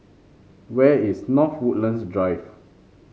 where is North Woodlands Drive